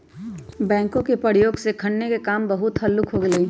backhoe के प्रयोग से खन्ने के काम बहुते हल्लुक हो गेलइ ह